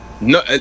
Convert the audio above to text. no